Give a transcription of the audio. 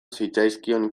zitzaizkion